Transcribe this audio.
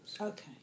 okay